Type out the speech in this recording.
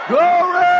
Glory